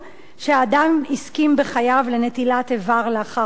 שאדם הסכים בחייו לנטילת איבר לאחר מותו,